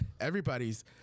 Everybody's